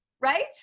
Right